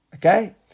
Okay